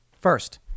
First